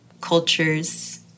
cultures